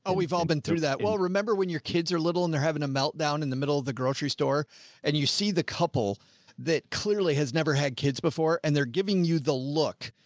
ah we've all been through that. well remember when your kids are little and they're having a meltdown in the middle of the grocery store and you see the couple that clearly has never had kids before and they're giving you the look,